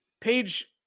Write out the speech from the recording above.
page